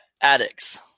addicts